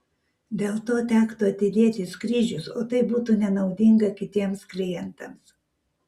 dėl to tektų atidėti skrydžius o tai būtų nenaudinga kitiems klientams